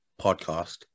Podcast